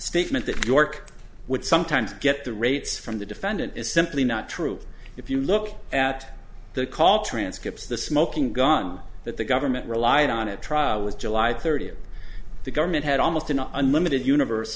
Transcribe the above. statement that new york would sometimes get the rates from the defendant is simply not true but if you look at the call transcripts the smoking gun that the government relied on a trial was july thirtieth the government had almost an unlimited universe